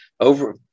over